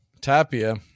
Tapia